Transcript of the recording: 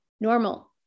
normal